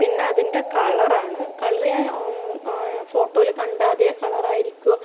പിന്നെ അതിൻ്റെ കളറാണ് കളർ ഞാൻ ഫോട്ടോയിൽ കണ്ട അതേ കളർ ആയിരിക്കുമോ